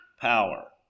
power